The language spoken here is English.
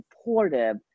supportive